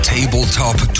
Tabletop